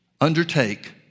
undertake